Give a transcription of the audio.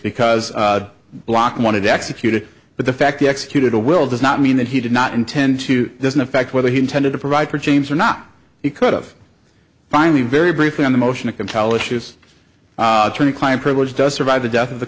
because bloch wanted executed but the fact he executed a will does not mean that he did not intend to doesn't affect whether he intended to provide for james or not he could of finally very briefly on the motion to compel issues from the client privilege does survive the death of the